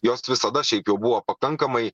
jos visada šiaip jau buvo pakankamai